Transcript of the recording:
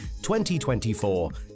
2024